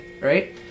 right